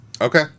Okay